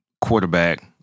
quarterback